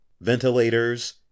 ventilators